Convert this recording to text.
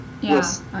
Yes